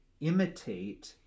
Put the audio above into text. imitate